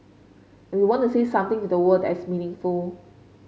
and we want to say something to the world that's meaningful